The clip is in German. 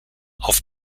auf